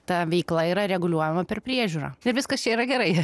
ta veikla yra reguliuojama per priežiūrą tai viskas čia yra gerai